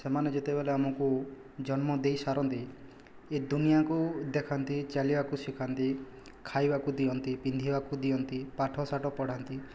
ସେମାନେ ଯେତେବେଲେ ଆମକୁ ଜନ୍ମ ଦେଇ ସାରନ୍ତି ଏ ଦୁନିଆକୁ ଦେଖାନ୍ତି ଚାଲିବାକୁ ଶିଖାନ୍ତି ଖାଇବାକୁ ଦିଅନ୍ତି ପିନ୍ଧିବାକୁ ଦିଅନ୍ତି ପାଠଶାଠ ପଢ଼ାନ୍ତି